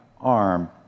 arm